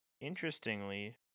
Interestingly